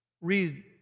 read